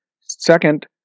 Second